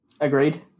Agreed